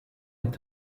est